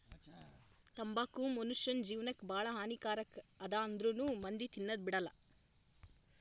ತಂಬಾಕು ಮುನುಷ್ಯನ್ ಜೇವನಕ್ ಭಾಳ ಹಾನಿ ಕಾರಕ್ ಅದಾ ಆಂದ್ರುನೂ ಮಂದಿ ತಿನದ್ ಬಿಡಲ್ಲ